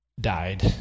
died